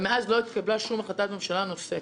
ומאז לא התקבלה שום החלטת ממשלה נוספת.